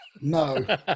no